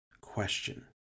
Question